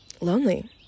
lonely